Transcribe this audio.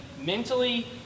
mentally